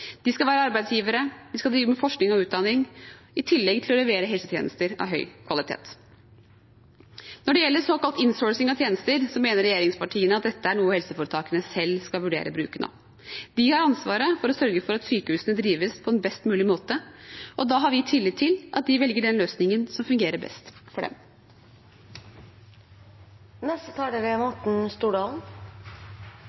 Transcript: De skal være arbeidsgivere, de skal drive med forskning og utdanning – i tillegg til å levere helsetjenester av høy kvalitet. Når det gjelder såkalt innsourcing av tjenester, mener regjeringspartiene at dette er noe helseforetakene selv skal vurdere bruken av. De har ansvaret for å sørge for at sykehusene drives på en best mulig måte, og da har vi tillit til at de velger den løsningen som fungerer best for dem. Det er